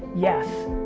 yes,